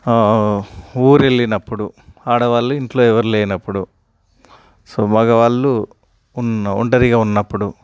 ఊరు వెళ్ళినప్పుడు ఆడవాళ్ళు ఇంట్లో ఎవరూ లేనప్పుడు సో మగవాళ్ళు ఉన్న ఒంటరిగా ఉన్నప్పుడు